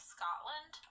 Scotland